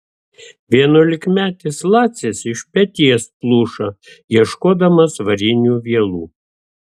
vienuolikmetis lacis iš peties pluša ieškodamas varinių vielų